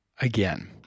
again